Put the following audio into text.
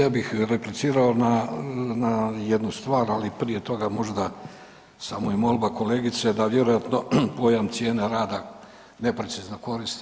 Ja bih replicirao na jednu stvar, ali prije toga možda samo i molba kolegice da vjerojatno pojam cijena rada neprecizno koristi.